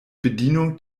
bedienung